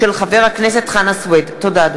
תודה.